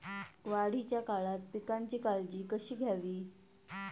वाढीच्या काळात पिकांची काळजी कशी घ्यावी?